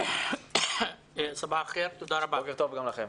בוקר טוב, תודה רבה.